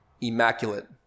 immaculate